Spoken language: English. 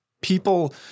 people